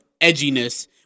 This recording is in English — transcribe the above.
edginess